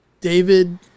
David